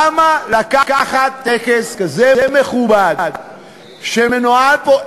למה לקחת טקס כזה מכובד שמנוהל פה?